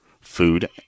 food